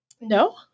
No